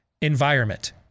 environment